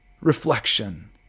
reflection